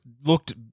looked